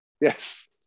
Yes